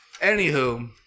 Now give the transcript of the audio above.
Anywho